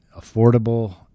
affordable